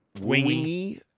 Wingy